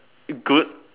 good